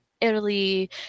Italy